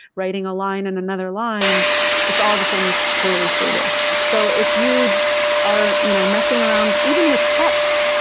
writing a line and another line it's all of a sudden totally stable. so if you are you know messing around even with text.